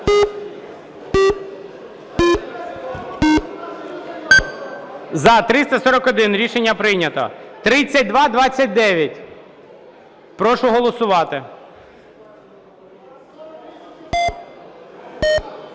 За-341 Рішення прийнято. 3229. Прошу голосувати.